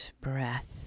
breath